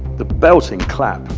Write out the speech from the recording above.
the belting clap,